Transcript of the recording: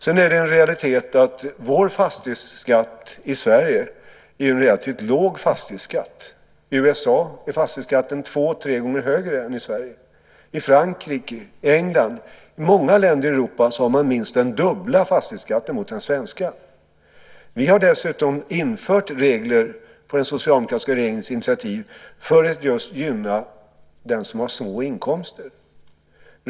Sedan är det en realitet att vår fastighetsskatt i Sverige är relativt låg. I USA är fastighetsskatten två tre gånger högre än i Sverige. Den är också högre i Frankrike och England. I många länder i Europa har man minst den dubbla fastighetsskatten jämfört med Sverige. Vi har dessutom infört regler på den socialdemokratiska regeringens initiativ för att gynna den som har små inkomster.